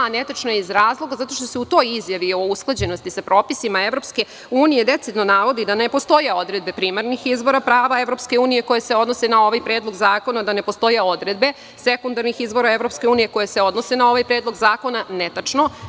Netačna je iz razloga zato što se u toj izjavi o usklađenosti sa propisima EU decidno navodi da ne postoje odredbe primarnih izvora prava EU, koje se odnose na ovaj Predlog zakona, da ne postoje odredbe sekundarnih izvora EU koje se odnose na ovaj Predlog zakona - netačno.